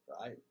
right